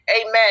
amen